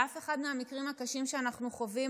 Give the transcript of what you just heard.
באף אחד מהמקרים הקשים שאנחנו חווים,